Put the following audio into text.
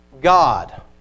God